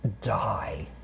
die